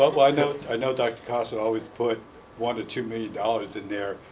ah well, i know i know that clauson always put one to two million dollars in there.